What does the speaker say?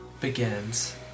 begins